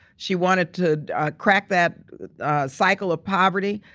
she wanted to crack that cycle of poverty.